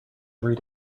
every